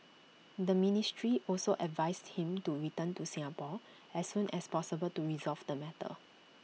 the ministry also advised him to return to Singapore as soon as possible to resolve the matter